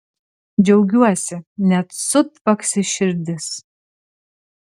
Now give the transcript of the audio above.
džiaugiuosi net sutvaksi širdis